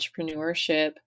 entrepreneurship